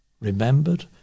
remembered